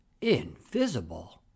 Invisible